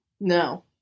No